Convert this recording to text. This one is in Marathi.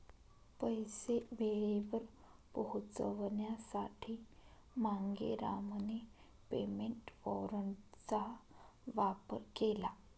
पैसे वेळेवर पोहोचवण्यासाठी मांगेरामने पेमेंट वॉरंटचा वापर केला